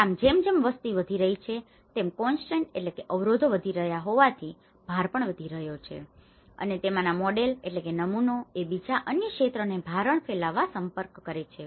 આમ જેમ જેમ વસ્તી વધી રહી છે તેમ કોન્સટ્રેઇન constraints અવરોધો વધી રહ્યો હોવાથી ભાર પણ વધી રહ્યો છે અને તેમાંના મોડેલ model નમૂનો એ બીજા અન્ય ક્ષેત્રોને ભારણ ફેલાવવા સંપર્ક કરે છે